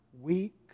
weak